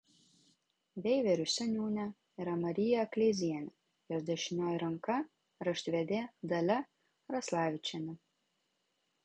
veiverių seniūnė yra marija kleizienė jos dešinioji ranka raštvedė dalia raslavičienė